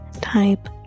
type